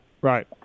right